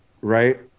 Right